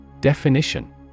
Definition